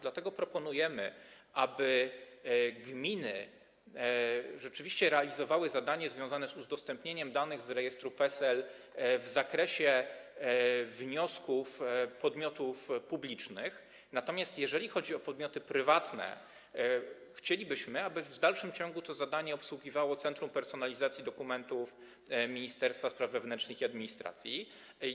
Rzeczywiście proponujemy, aby gminy realizowały zadania związane z udostępnieniem danych z rejestru PESEL w zakresie wniosków podmiotów publicznych, natomiast jeżeli chodzi o podmioty prywatne, chcielibyśmy, aby w dalszym ciągu to zadanie obsługiwało Centrum Personalizacji Dokumentów Ministerstwa Spraw Wewnętrznych i Administracji.